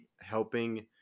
helping